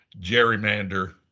gerrymander